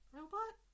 Robot